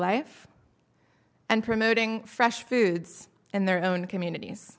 life and promoting fresh foods in their own communities